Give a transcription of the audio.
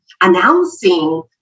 announcing